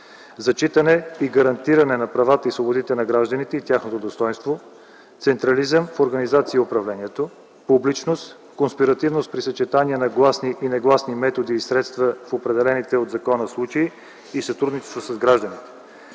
зачитане и гарантиране на правата и свободите на гражданите и тяхното достойнство; централизъм в организацията и управлението; публичност, конспиративност при съчетание на гласни и негласни методи и средства в определените от закона случаи и сътрудничество с гражданите.